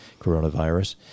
coronavirus